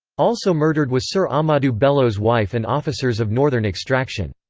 also murdered was sir ahmadu bello's wife and officers of northern extraction.